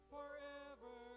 Forever